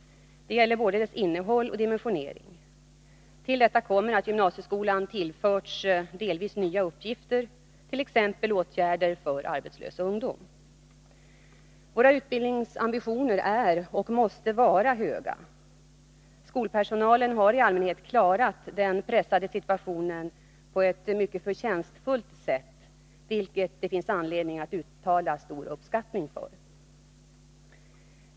Det gäller både innehåll och dimensionering. Till detta kommer att gymnasieskolan tillförts delvis nya uppgifter, t.ex. åtgärder för arbetslös ungdom. Våra utbildningsambitioner är och måste vara höga. Skolpersonalen har i allmänhet klarat den pressande situationen på ett mycket förtjänstfullt sätt, vilket det finns anledning att uttala sin uppskattning av.